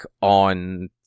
on